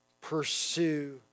pursue